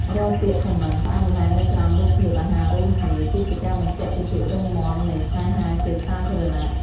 រាល់ពាក្យ Comment ផ្អែមល្ហែមនៅក្រោមរូបភាពអាហាររួមគ្នា គឺជាការបញ្ជាក់ពីភាពរឹងមាំនៃស្នេហាជាសាធារណៈ។